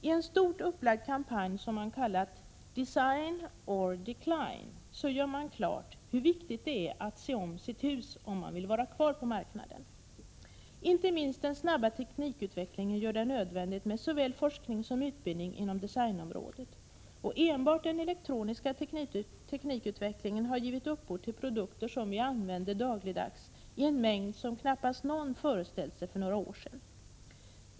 I en stort upplagd kampanj, som man kallat ”Design or Decline”, gör man klart hur viktigt det är att se om sitt hus för den som vill vara kvar på marknaden. Inte minst den snabba teknikutvecklingen gör det nödvändigt med såväl forskning som utbildning inom designområdet. Enbart den elektroniska teknikutvecklingen har gett upphov till produkter som vi använder dagligdags i en mängd som knappast någon föreställt sig för några år sedan.